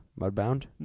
Mudbound